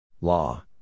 Law